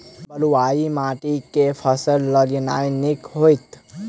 बलुआही माटि मे केँ फसल लगेनाइ नीक होइत?